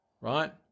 right